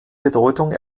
bedeutung